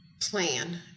plan